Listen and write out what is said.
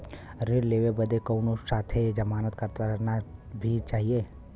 ऋण लेवे बदे कउनो साथे जमानत करता भी चहिए?